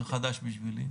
זה חדש בשבילי.